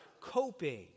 coping